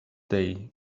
day